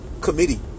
committee